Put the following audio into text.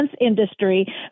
industry